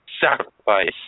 sacrifice